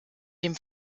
dem